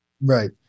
Right